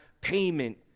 payment